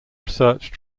research